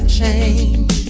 change